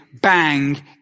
bang